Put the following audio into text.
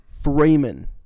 Freeman